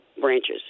branches